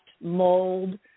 mold